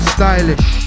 Stylish